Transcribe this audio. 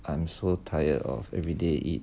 I am so tired of everyday eat